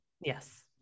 Yes